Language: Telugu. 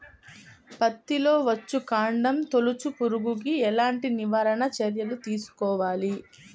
పత్తిలో వచ్చుకాండం తొలుచు పురుగుకి ఎలాంటి నివారణ చర్యలు తీసుకోవాలి?